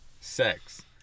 sex